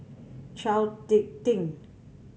Chao Tick Tin